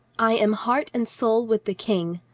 i am heart and soul with the king.